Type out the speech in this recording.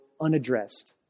unaddressed